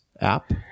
app